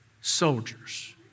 soldiers